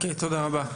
תודה רבה.